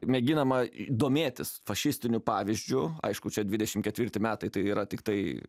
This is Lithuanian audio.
mėginama domėtis fašistiniu pavyzdžiu aišku čia dvidešim ketvirti metai tai yra tiktai